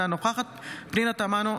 אינה נוכחת פנינה תמנו,